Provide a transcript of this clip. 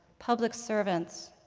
public servants.